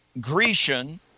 Grecian